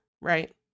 right